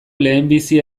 lehenbizi